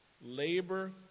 labor